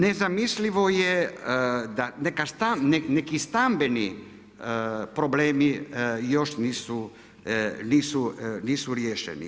Nezamislivo je da neki stambeni problemi još nisu riješeni.